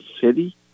city